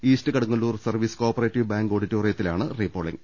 East Kadungallur Service Cooperative Bank ഓഡിറ്റോറി യത്തിലാണ് repolling